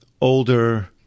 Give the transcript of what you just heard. older